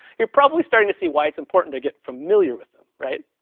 you're probably starting to see why it's important to get familiar with them, right?